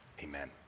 amen